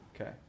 Okay